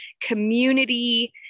community